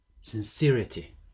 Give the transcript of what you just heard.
sincerity